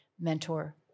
mentor